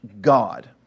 God